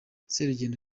serugendo